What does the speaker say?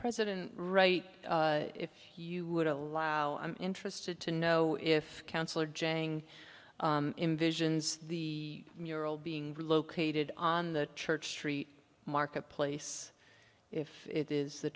president right if you would allow i'm interested to know if councilor jang visions the mural being relocated on the church street marketplace if it is the